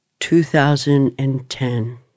2010